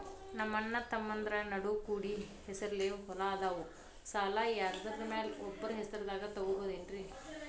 ನಮ್ಮಅಣ್ಣತಮ್ಮಂದ್ರ ನಡು ಕೂಡಿ ಹೆಸರಲೆ ಹೊಲಾ ಅದಾವು, ಸಾಲ ಯಾರ್ದರ ಒಬ್ಬರ ಹೆಸರದಾಗ ತಗೋಬೋದೇನ್ರಿ?